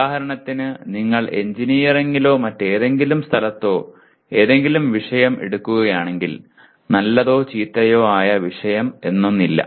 ഉദാഹരണത്തിന് നിങ്ങൾ എഞ്ചിനീയറിംഗിലോ മറ്റേതെങ്കിലും സ്ഥലത്തോ ഏതെങ്കിലും വിഷയം എടുക്കുകയാണെങ്കിൽ നല്ലതോ ചീത്തയോ ആയ വിഷയം എന്നൊന്നില്ല